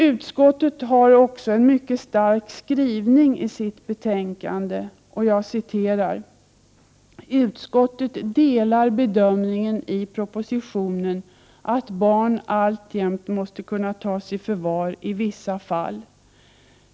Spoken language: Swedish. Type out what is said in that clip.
Utskottet har också en mycket stark skrivning i sitt betänkande: ”Utskottet delar bedömningen i propositionen att barn alltjämt måste kunna tas i förvar i vissa fall.